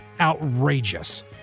Outrageous